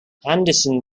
anderson